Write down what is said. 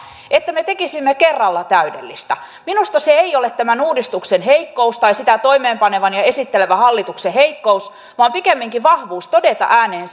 me tekisimme kerralla täydellistä minusta se ei ole tämän uudistuksen heikkous tai sitä toimeenpanevan ja esittelevän hallituksen heikkous vaan pikemminkin vahvuus todeta ääneen